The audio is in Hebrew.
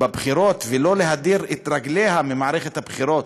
בבחירות ולא להדיר את רגליה ממערכת הבחירות.